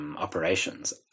operations